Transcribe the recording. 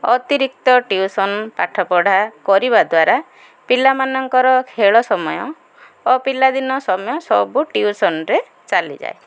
ଅତିରିକ୍ତ ଟିୟୁସନ୍ ପାଠପଢ଼ା କରିବା ଦ୍ୱାରା ପିଲାମାନଙ୍କର ଖେଳ ସମୟ ଓ ପିଲାଦିନ ସମୟ ସବୁ ଟିୟୁସନ୍ରେ ଚାଲିଯାଏ